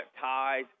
ties